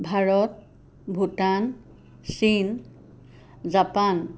ভাৰত ভূটান চীন জাপান